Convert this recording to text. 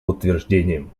подтверждением